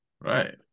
Right